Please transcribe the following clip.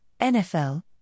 NFL